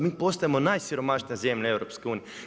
Mi postajemo najsiromašnija zemlja u EU.